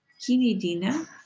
Kinidina